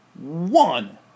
One